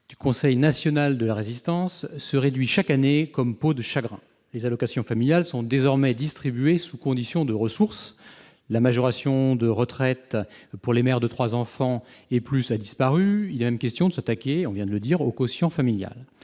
du Conseil national de la Résistance, se réduit chaque année comme peau de chagrin. Les allocations familiales sont désormais distribuées sous condition de ressources. La majoration de retraite pour les mères de trois enfants et plus a disparu. Il est même question de s'attaquer, cela vient d'être dit, au quotient familial.